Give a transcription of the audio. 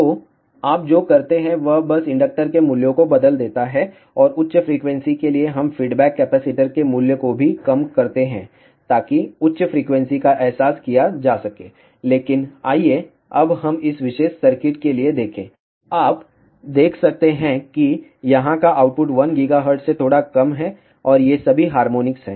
तो आप जो करते हैं वह बस इंडक्टर के मूल्यों को बदल देता है और उच्च फ्रीक्वेंसी के लिए हम फीडबैक कैपेसिटर के मूल्य को भी कम करते हैं ताकि उच्च फ्रीक्वेंसी का एहसास किया जा सके लेकिन आइए अब हम इस विशेष सर्किट के लिए देखें आप देख सकते हैं कि यहां का आउटपुट 1 GHz से थोड़ा कम है और ये सभी हार्मोनिक्स हैं